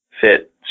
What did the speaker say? fit